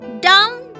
down